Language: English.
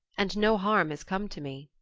and no harm has come to me.